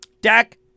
Dak